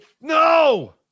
No